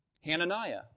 Hananiah